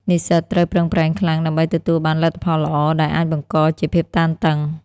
និស្សិតត្រូវប្រឹងប្រែងខ្លាំងដើម្បីទទួលបានលទ្ធផលល្អ ដែលអាចបង្កជាភាពតានតឹង។